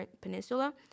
Peninsula